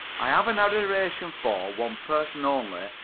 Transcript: i have an adoration for one person only,